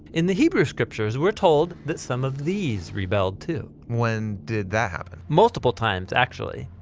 in the hebrew scriptures, we are told that some of these rebelled too. when did that happen? multiple times, actually.